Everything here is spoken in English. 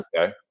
Okay